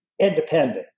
independent